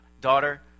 daughter